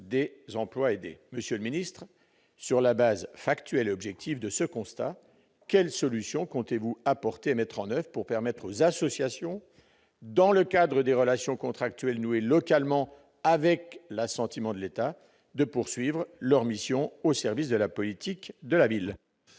des emplois aidés. Monsieur le ministre, sur la base factuelle et objective de ce constat, quelles solutions comptez-vous apporter et mettre en oeuvre pour permettre aux associations, dans le cadre des relations contractuelles nouées localement avec l'assentiment de l'État, de poursuivre leurs missions au service de la politique de la ville ?